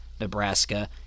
Nebraska